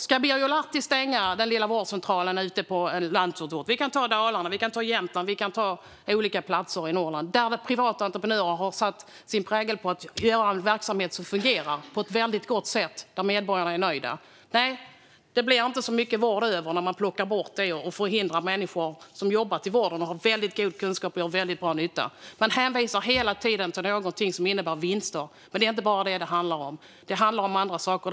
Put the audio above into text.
Ska Birger Lahti stänga den lilla vårdcentralen i en landsort? Det kan vara i Dalarna, i Jämtland eller på andra platser i Norrland. Där har privata entreprenörer tagit sig före att skapa en verksamhet som fungerar på ett väldigt gott sätt, där medborgarna är nöjda. Nej, det blir inte särskilt mycket vård över när man plockar bort detta och hindrar människor som har jobbat i vården och har god kunskap och gör bra nytta. Ni hänvisar hela tiden till något som innebär vinster, men det är ju inte bara detta det handlar om. Det handlar om andra saker.